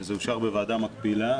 זה אושר בוועדה מקבילה,